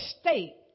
state